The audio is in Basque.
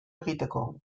egiteko